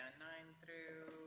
nine through